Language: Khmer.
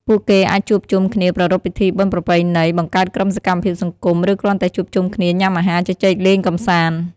ពួកគេអាចជួបជុំគ្នាប្រារព្ធពិធីបុណ្យប្រពៃណី បង្កើតក្រុមសកម្មភាពសង្គម ឬគ្រាន់តែជួបជុំគ្នាញ៉ាំអាហារជជែកលេងកម្សាន្ត ។